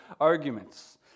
arguments